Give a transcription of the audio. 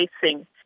facing